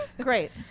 Great